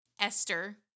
Esther